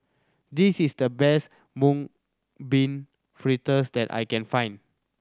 this is the best Mung Bean Fritters that I can find